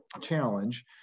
challenge